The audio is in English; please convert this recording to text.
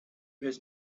his